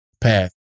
path